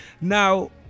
Now